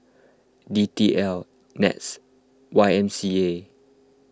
D T L NETS Y M C A